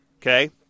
Okay